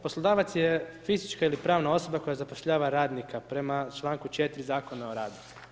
Poslodavac je fizička ili pravna osoba koja zapošljava radnika prema čl. 4. Zakona o radu.